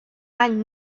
any